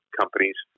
companies